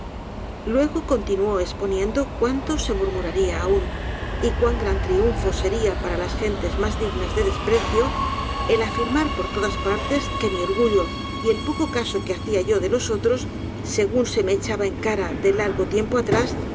contu nuó esponíendo cuánto se murmuraría aun y cuan gran triunfo seria para las gentes mas dignas de desprecio el afirmar por todas partes que mi orgullo y el poco caso que hacia yo de los otros según se me echaba en cara de largo tiempo airas